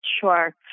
Sure